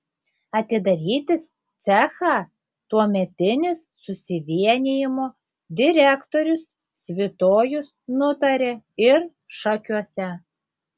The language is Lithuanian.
atidaryti cechą tuometinis susivienijimo direktorius svitojus nutarė ir šakiuose